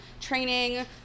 training